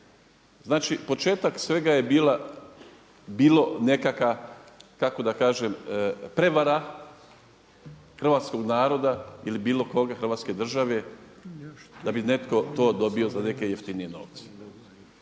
Znači, početak svega je bila nekakva kako da kažem prevara hrvatskog naroda ili bilo koga, Hrvatske države da bi netko to dobio za neke jeftinije novce.